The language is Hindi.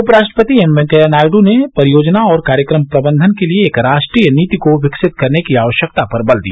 उपराष्ट्रपति एम वेंकैया नायडू ने परियोजना और कार्यक्रम प्रबंधन के लिए एक राष्ट्रीय नीति को विकसित करने की आवश्यकता पर बल दिया